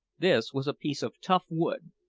this was a piece of tough wood,